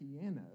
piano